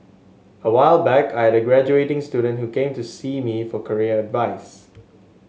a while back I had a graduating student who came to see me for career advice